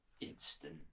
instant